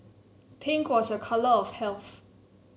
pink was a colour of health